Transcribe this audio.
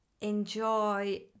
enjoy